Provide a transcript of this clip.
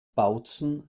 bautzen